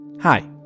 Hi